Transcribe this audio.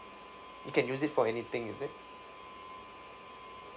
we can use it for anything is it